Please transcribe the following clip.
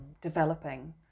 developing